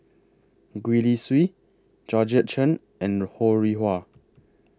Gwee Li Sui Georgette Chen and Ho Rih Hwa